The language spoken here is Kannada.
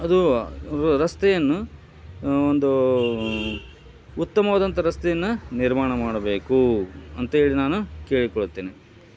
ಅದು ರಸ್ತೆಯನ್ನು ಒಂದು ಉತ್ತಮವಾದಂಥ ರಸ್ತೆಯನ್ನು ನಿರ್ಮಾಣ ಮಾಡಬೇಕು ಅಂತೇಳಿ ನಾನು ಕೇಳಿಕೊಳ್ತೀನಿ